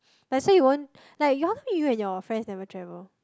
that's why you won't like how come you and your friends never travel